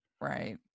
right